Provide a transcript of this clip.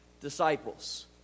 disciples